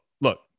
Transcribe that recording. look